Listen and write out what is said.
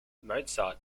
mozart